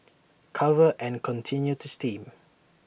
cover and continue to steam